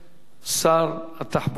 שר התחבורה,